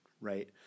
right